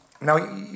Now